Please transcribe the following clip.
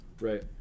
Right